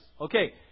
Okay